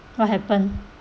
what happen